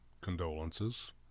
condolences